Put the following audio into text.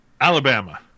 Alabama